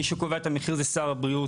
מי שקובע את המחיר זה שר הבריאות,